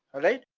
alright?